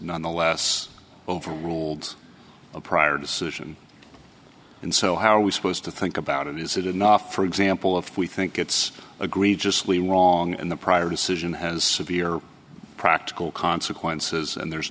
nonetheless overruled a prior decision and so how are we supposed to think about it is it enough for example of we think it's agreed just we were wrong and the prior decision has severe practical consequences and there's